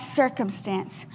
circumstance